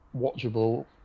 watchable